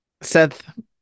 Seth